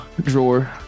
drawer